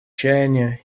чаяния